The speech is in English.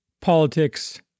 politics